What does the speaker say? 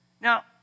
Now